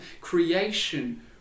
creation